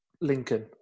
Lincoln